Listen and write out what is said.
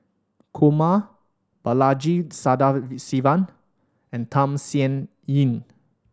Kumar Balaji Sadasivan and Tham Sien Yen